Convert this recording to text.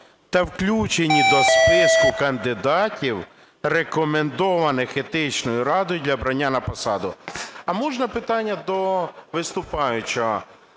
та включені до списку кандидатів, рекомендованих Етичною радою для обрання на посаду. А можна питання до виступаючого?